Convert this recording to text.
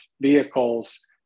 vehicles